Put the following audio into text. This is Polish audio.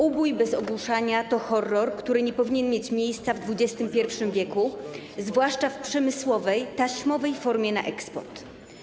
Ubój bez ogłuszania to horror, który nie powinien mieć miejsca w XXI w., zwłaszcza w przemysłowej, taśmowej formie na eksport.